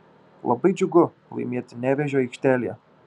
labai džiugu laimėti nevėžio aikštelėje